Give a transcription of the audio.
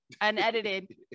unedited